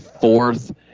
fourth